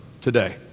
today